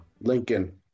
Lincoln